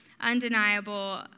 undeniable